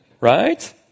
right